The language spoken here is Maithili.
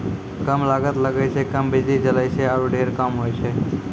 कम लागत लगै छै, कम बिजली जलै छै आरो ढेर काम होय छै